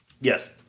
Yes